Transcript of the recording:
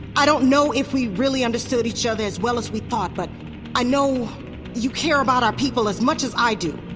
i don't know if we really understood each other as well as we thought, but i know you care about our people as much as i do.